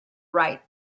right